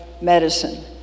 medicine